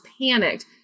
panicked